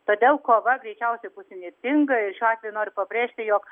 todėl kova greičiausia bus įnirtinga ir šiuo atveju noriu pabrėžti jog